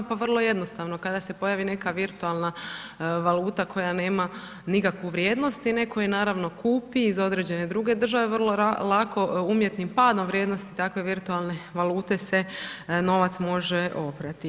Pa vrlo jednostavno kada se pojavi neka virtualna valuta koja nema nikakvu vrijednost i netko ju naravno kupi iz određene druge države, vrlo lako umjetnim padom vrijednosti takve virtualne valute se novac može oprati.